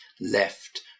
left